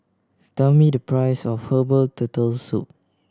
tell me the price of herbal Turtle Soup